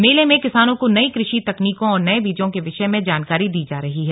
मेले में किसानों को नई कृषि तकनीकों और नए बीजों के विषय में जानकारी दी जा रही है